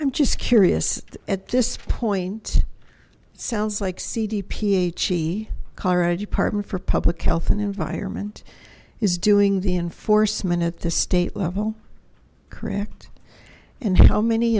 i'm just curious at this point sounds like cd phe colorado department for public health and environment is doing the enforcement at the state level correct and how many